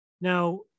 Now